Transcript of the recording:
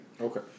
Okay